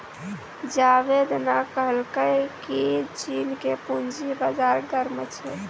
जावेद ने कहलकै की चीन के पूंजी बाजार गर्म छै